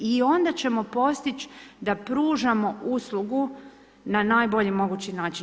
I onda ćemo postići da pružamo uslugu na najbolji mogući način.